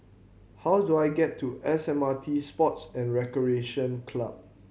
how do I get to S M R T Sports and Recreation Club